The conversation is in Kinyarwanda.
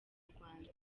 rwanda